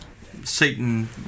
Satan